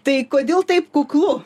tai kodėl taip kuklu